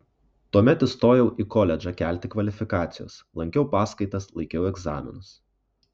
tuomet įstojau į koledžą kelti kvalifikacijos lankiau paskaitas laikiau egzaminus